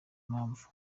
impamvu